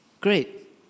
great